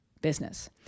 business